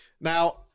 Now